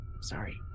Sorry